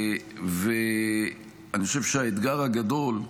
אני חושב שהאתגר הגדול,